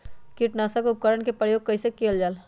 किटनाशक उपकरन का प्रयोग कइसे कियल जाल?